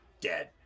dead